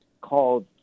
called